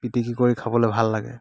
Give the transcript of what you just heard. পিটিকি কৰি খাবলৈ ভাল লাগে